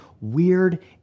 weird